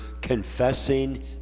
confessing